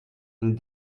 een